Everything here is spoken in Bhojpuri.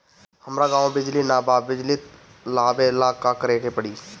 हमरा गॉव बिजली न बा बिजली लाबे ला का करे के पड़ी?